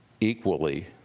equally